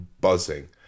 buzzing